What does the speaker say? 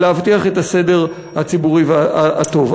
להבטיח את הסדר הציבורי הטוב.